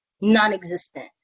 non-existent